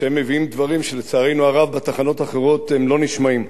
היא שהם מביאים דברים שלצערנו הרב בתחנות האחרות לא נשמעים.